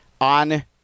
on